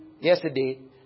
yesterday